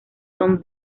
son